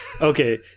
okay